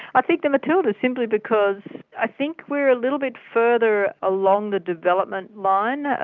ah think the matildas simply because i think we're a little bit further along the development line.